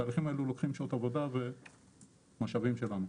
התהליכים האלה לוקחים שעות עבודה ומשאבים שלנו.